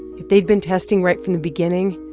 if they'd been testing right from the beginning,